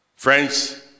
Friends